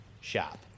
shop